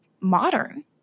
modern